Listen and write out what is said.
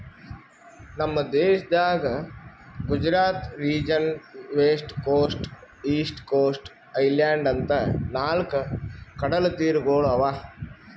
ನಮ್ ದೇಶದಾಗ್ Gujarat region, west coast, east coast, island ಅಂತಾ ನಾಲ್ಕ್ ಕಡಲತೀರಗೊಳ್ ಅವಾ